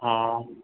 हा